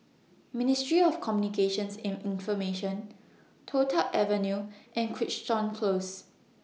Ministry of Communications and Information Toh Tuck Avenue and Crichton Close